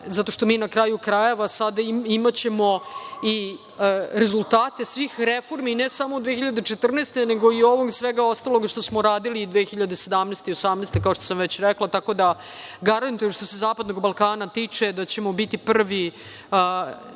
zato što mi na kraju krajeva sada imaćemo i rezultate svih reformi, ne samo 2014. godine, nego i ovog svega ostalog što smo radili 2017 i 2018. godine, kao što sam već rekla. Tako da, garantujem što se zapadnog Balkana tiče da ćemo biti prvi